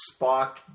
Spock